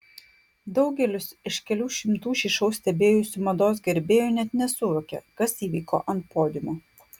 daugelis iš kelių šimtų šį šou stebėjusių mados gerbėjų net nesuvokė kas įvyko ant podiumo